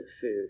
food